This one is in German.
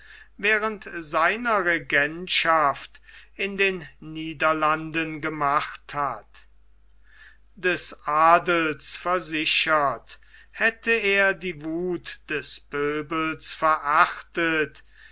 während seiner regentschaft in den niederlanden gemacht hat des adels versichert hätte er die wuth des pöbels verachtet